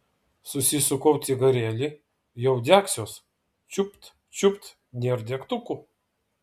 susisukau cigarėlį jau degsiuos čiupt čiupt nėr degtukų